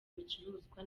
bicuruzwa